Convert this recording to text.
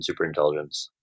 Superintelligence